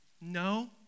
No